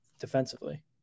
defensively